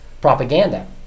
propaganda